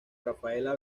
rafaela